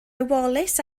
wallace